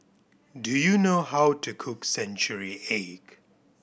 do you know how to cook century egg